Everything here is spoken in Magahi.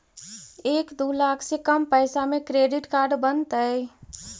एक दू लाख से कम पैसा में क्रेडिट कार्ड बनतैय?